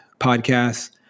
podcasts